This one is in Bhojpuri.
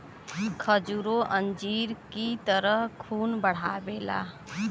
खजूरो अंजीर की तरह खून बढ़ावेला